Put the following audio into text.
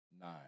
nine